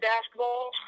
basketball